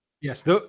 Yes